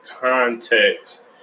context